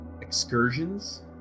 excursions